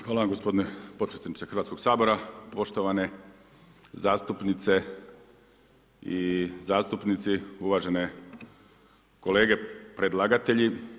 Hvala vam gospodine potpredsjedniče Hrvatskoga sabora, poštovane zastupnice i zastupnici, uvažene kolege predlagatelji.